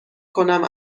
کنم